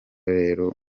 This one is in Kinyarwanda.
rero